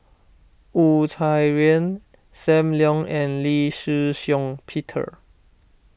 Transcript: Wu Tsai Yen Sam Leong and Lee Shih Shiong Peter